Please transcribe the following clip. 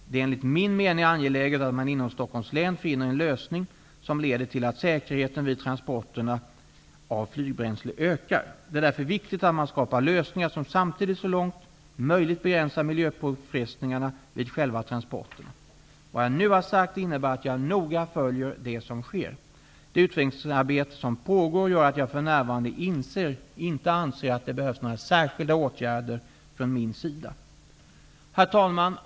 Det är enligt min mening angeläget att man inom Stockholms län finner en lösning som leder till att säkerheten vid transporterna av flygbränsle ökar. Det är därvid viktigt att man skapar lösningar som samtidigt så långt möjligt begränsar miljöpåfrestningarna vid själva transporterna. Vad jag nu har sagt innebär att jag noga följer det som sker. Det utvecklingsarbete som pågår gör att jag för närvarande inte anser att det behövs några särskilda åtgärder från min sida. Herr talman!